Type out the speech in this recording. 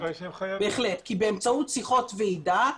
באמצעות שיחות ועידה,